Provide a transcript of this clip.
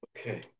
Okay